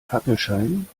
fackelschein